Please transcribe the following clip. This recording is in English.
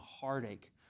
heartache